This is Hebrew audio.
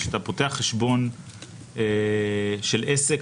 כשאתה פותח חשבון של עסק,